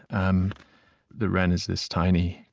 and the wren is this tiny,